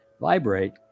vibrate